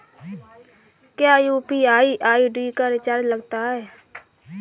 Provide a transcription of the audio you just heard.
क्या UPI ID का charge लगता है?